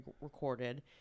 recorded